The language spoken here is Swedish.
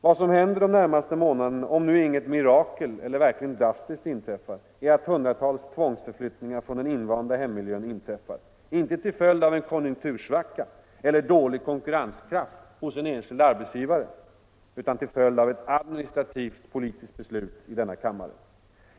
Vad som händer inom de närmaste månaderna - om nu inte något mirakel eller något verkligt drastiskt inträffar — är att hundratals tvångsförflyttningar från den invanda hemmiljön inträffar, inte till följd av konjunktursvacka eller dålig konkurrenskraft hos den enskilde arbetsgivaren utan till följd av ett administrativt politiskt beslut i denna kammare.